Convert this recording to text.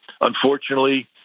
Unfortunately